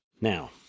Now